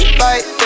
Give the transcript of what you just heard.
fight